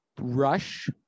Rush